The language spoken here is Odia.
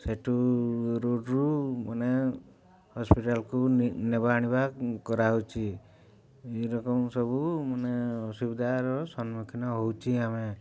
ସେଠୁ ରୋଡ଼୍ରୁ ମାନେ ହସ୍ପିଟାଲକୁ ନେବା ଆଣିବା କରାହେଉଛି ଏଇ ରକମ ସବୁ ମାନେ ଅସୁବିଧାର ସମ୍ମୁଖୀନ ହେଉଛି ଆମେ